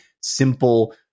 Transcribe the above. simple